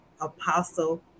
Apostle